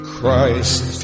Christ